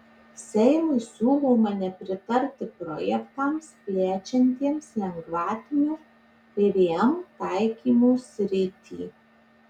seimui siūloma nepritarti projektams plečiantiems lengvatinio pvm taikymo sritį